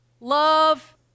love